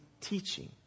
teaching